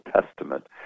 Testament